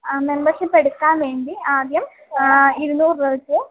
മെമ്പർഷിപ്പെടുക്കാൻ വേണ്ടി ആദ്യം ഇരുന്നൂറ് രൂപ വെച്ച്